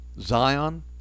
Zion